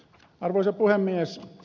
arvoisa puhemies